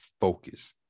focus